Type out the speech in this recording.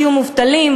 שיהיו מובטלים,